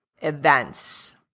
events